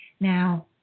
Now